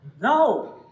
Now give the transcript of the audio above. no